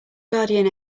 guardian